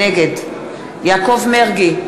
נגד יעקב מרגי,